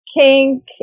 kink